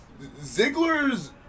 Ziggler's